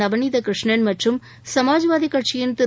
நவநீதகிருஷ்ணன் மற்றும் சமாஜ்வாதிகட்சியின் திரு